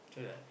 true lah